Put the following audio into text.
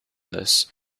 this